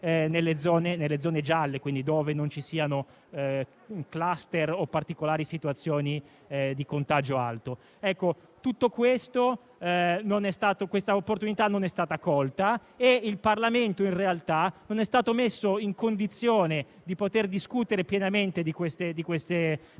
nelle zone gialle, e quindi dove non ci siano *cluster* o particolari situazioni di contagio alto. Questa opportunità non è stata colta e il Parlamento in realtà non è stato messo nella condizione di discutere pienamente di queste misure, anche